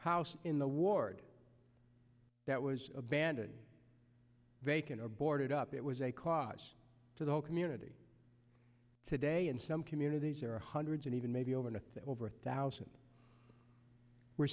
house in the ward that was abandoned vacant or boarded up it was a cost to the whole community today in some communities there are hundreds and even maybe over and over thousand we're